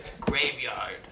Graveyard